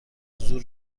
زور